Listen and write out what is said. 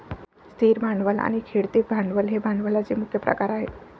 स्थिर भांडवल आणि खेळते भांडवल हे भांडवलाचे प्रमुख प्रकार आहेत